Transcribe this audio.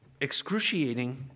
excruciating